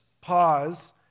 pause